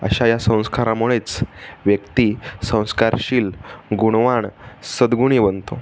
अशा या संस्कारामुळेच व्यक्ती संस्कारशील गुणवाण सद्गुणी बनतो